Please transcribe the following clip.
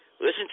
Listen